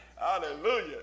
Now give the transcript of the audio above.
Hallelujah